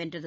வென்றது